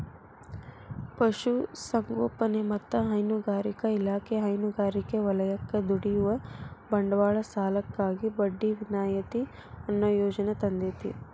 ಪಶುಸಂಗೋಪನೆ ಮತ್ತ ಹೈನುಗಾರಿಕಾ ಇಲಾಖೆ ಹೈನುಗಾರಿಕೆ ವಲಯಕ್ಕ ದುಡಿಯುವ ಬಂಡವಾಳ ಸಾಲಕ್ಕಾಗಿ ಬಡ್ಡಿ ವಿನಾಯಿತಿ ಅನ್ನೋ ಯೋಜನೆ ತಂದೇತಿ